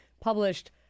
published